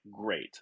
great